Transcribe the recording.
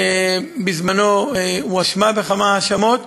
בזמנו הואשמה בכמה האשמות.